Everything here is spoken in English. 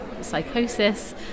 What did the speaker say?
psychosis